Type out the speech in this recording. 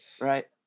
Right